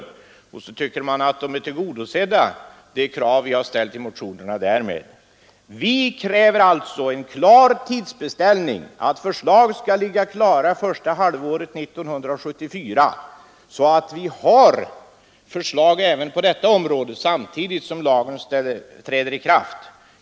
Härigenom torde enligt skatteutskottet de i motionerna framställda utredningsyrkandena i huvudsak vara tillgodosedda.” Vi kräver alltså en klar tidsangivelse och säger att förslag skall ligga klara första halvåret 1974 så att vi på detta område har förslag samtidigt som lagen träder i kraft.